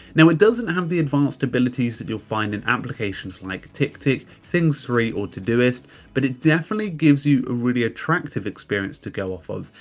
now it doesn't have the advanced abilities that you'll find in applications like ticktick, things three or todoist, but it definitely gives you a really attractive experience to go off of.